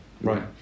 Right